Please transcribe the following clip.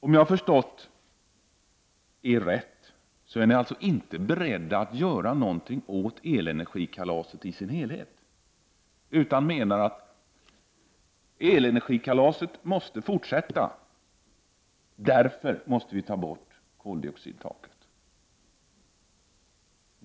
Om jag har förstått socialdemokraterna rätt är de inte beredda att göra någonting åt elenergikalaset i dess helhet, utan de menar att elenergikalaset måste fortsätta, och därför måste koldioxidtaket tas bort.